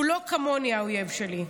"הוא לא כמוני, האויב שלי.